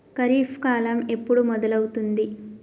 ఖరీఫ్ కాలం ఎప్పుడు మొదలవుతుంది?